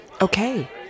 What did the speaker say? Okay